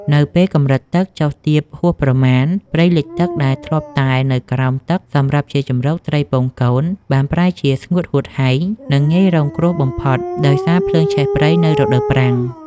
នៅពេលកម្រិតទឹកចុះទាបហួសប្រមាណ ព្រៃលិចទឹកដែលធ្លាប់តែនៅក្រោមទឹកសម្រាប់ជាជម្រកត្រីពងកូន បានប្រែជាស្ងួតហួតហែង និងងាយរងគ្រោះបំផុតដោយសារភ្លើងឆេះព្រៃនៅរដូវប្រាំង។